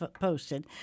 posted